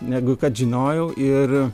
negu kad žinojau ir